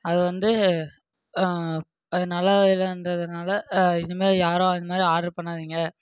அதுவந்து அது நல்லா இருந்ததினால இதுமாரி யாரும் இதுமாரி ஆர்டர் பண்ணாதிங்க